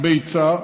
בביצה.